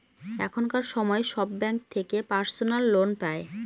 এখনকার সময় সব ব্যাঙ্ক থেকে পার্সোনাল লোন পাই